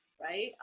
right